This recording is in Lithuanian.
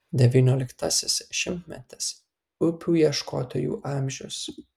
devynioliktasis šimtmetis upių ieškotojų amžius